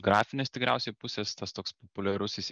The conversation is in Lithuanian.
grafinės tikriausiai pusės tas toks populiarusis